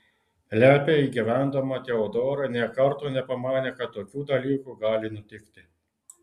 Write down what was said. lepiai gyvendama teodora nė karto nepamanė kad tokių dalykų gali nutikti